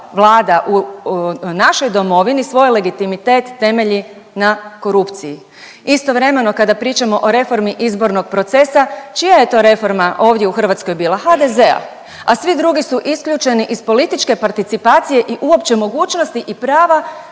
vlada u našoj domovini svoj legitimitet temelji na korupciji. Istovremeno kada pričamo o reformi izbornog procesa čija je to reforma ovdje u Hrvatskoj bila? HDZ-a, a svi drugi su isključeni iz političke participacije i uopće mogućnosti i prava